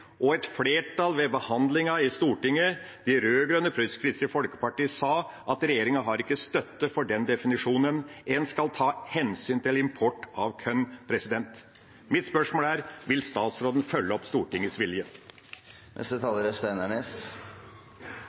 og et flertall ved behandlingen i Stortinget, de rød-grønne pluss Kristelig Folkeparti, sa at regjeringa ikke har støtte for den definisjonen. En skal ta hensyn til import av korn. Mitt spørsmål er: Vil statsråden følge opp Stortingets vilje? Tilgang til mat er